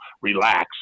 relax